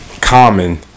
Common